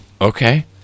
Okay